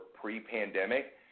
pre-pandemic